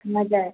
हजुर